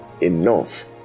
enough